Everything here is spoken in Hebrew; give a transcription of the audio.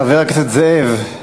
חבר הכנסת זאב,